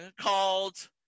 called